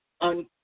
on